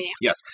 Yes